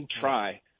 try